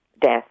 death